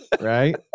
right